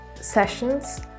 sessions